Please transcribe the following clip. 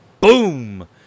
boom